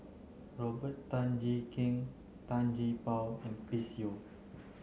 Robert Tan Jee Keng Tan Gee Paw and Chris Yeo